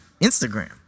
Instagram